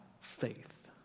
faith